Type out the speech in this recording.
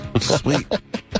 Sweet